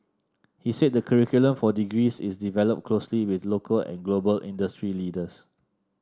he said the curriculum for degrees is developed closely with local and global industry leaders